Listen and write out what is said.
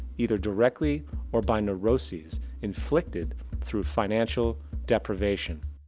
either directly or by nevroses inflicted through financial deprevation.